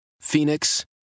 Phoenix